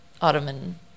Ottoman